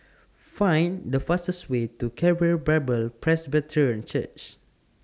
Find The fastest Way to Calvary Bible Presbyterian Church